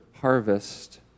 harvest